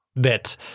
bit